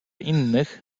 innych